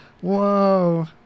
Whoa